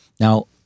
Now